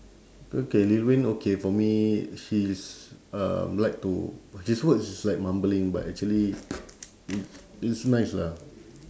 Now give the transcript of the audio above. okay lil wayne okay for me he's um like to his words is like mumbling but actually i~ it's nice lah